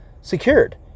secured